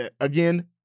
again